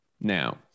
now